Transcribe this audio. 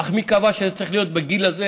אך מי קבע שזה צריך להיות בגיל הזה